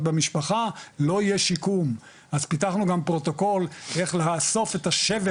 במשפחה לא יהיה שיקום אז פיתחנו גם פרוטוקול איך לאסוף את השבר